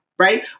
right